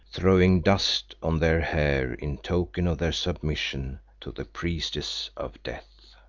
throwing dust on their hair in token of their submission to the priestess of death.